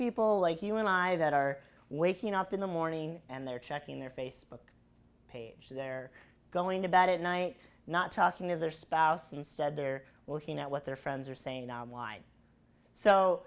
people like you and i that are waking up in the morning and they're checking their facebook page they're going to bat at night not talking to their spouse instead they're working out what their friends are saying on line so